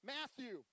Matthew